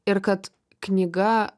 ir kad knyga